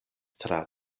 tra